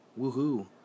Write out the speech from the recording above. Woohoo